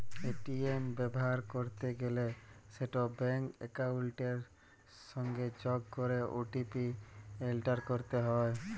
ATM ব্যাভার ক্যরতে গ্যালে সেট ব্যাংক একাউলটের সংগে যগ ক্যরে ও.টি.পি এলটার ক্যরতে হ্যয়